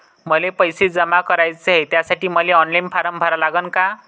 मले पैसे जमा कराच हाय, त्यासाठी मले ऑनलाईन फारम भरा लागन का?